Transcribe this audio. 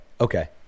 okay